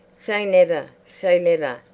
say never. say never.